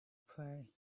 pray